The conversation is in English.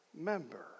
member